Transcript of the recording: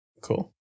Cool